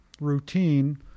routine